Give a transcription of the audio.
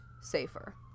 safer